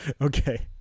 Okay